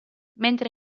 mentre